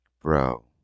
bro